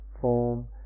form